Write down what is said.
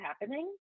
happening